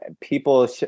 people